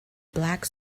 black